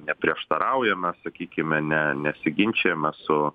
neprieštaraujam mes sakykime ne nesiginčijame su